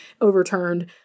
overturned